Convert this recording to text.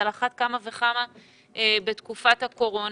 אז על אחת כמה וכמה בתקופת הקורונה.